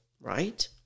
right